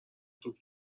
توپ